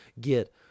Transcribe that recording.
get